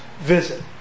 visit